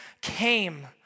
came